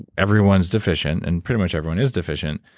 everyone's deficient and pretty much everyone is deficient,